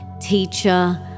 teacher